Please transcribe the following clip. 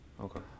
Okay